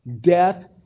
Death